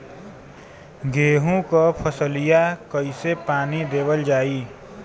गेहूँक फसलिया कईसे पानी देवल जाई?